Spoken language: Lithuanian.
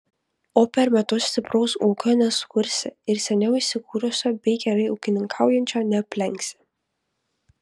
o per metus stipraus ūkio nesukursi ir seniau įsikūrusio bei gerai ūkininkaujančio neaplenksi